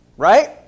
Right